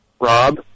Rob